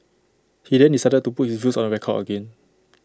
he then decided to put his views on the record again